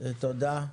תודה.